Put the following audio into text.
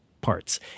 parts